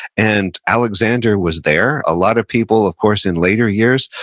and alexander was there. a lot of people, of course, in later years,